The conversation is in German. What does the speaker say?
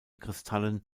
kristallen